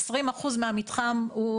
20 אחוז מהמתחם הוא,